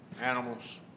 animals